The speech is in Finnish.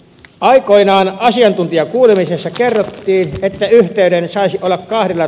aikoinaan asiantuntijakuulemisessa kerrottiin että yhteyden saisi olla kahden